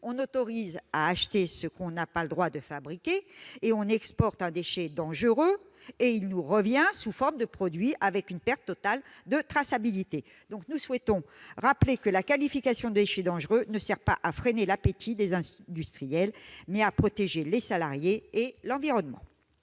on autorise à acheter ce qu'on n'a pas le droit de fabriquer et on exporte un déchet dangereux qui nous revient sous forme de produit, avec une perte totale de traçabilité ... La qualification de déchet dangereux ne sert pas à freiner l'appétit des industriels, mais à protéger les salariés et l'environnement